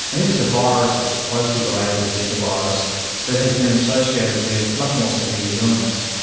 and this is a virus that is closely related to zika virus but has been associated with much more severe illness.